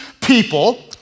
people